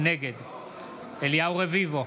נגד אליהו רביבו,